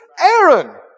Aaron